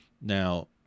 Now